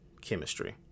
chemistry